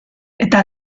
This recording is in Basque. eta